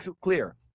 clear